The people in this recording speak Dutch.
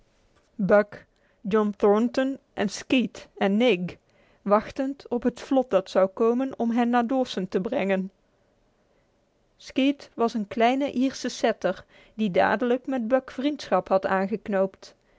buck john thornton en skeet en nig wachtend op het vlot dat zou komen om hen naar dawson te brengen skeet was een kleine ierse setter die dadelijk met buck vriendschap had